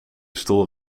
stoel